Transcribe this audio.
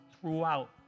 throughout